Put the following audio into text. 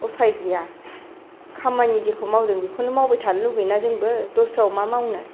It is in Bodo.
उफाय गैया खामानि जेखौ मावदों बेखौनो मावबाय थानो लुबैयो ना जोंबो दस्रायाव मा मावनो